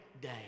day